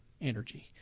energy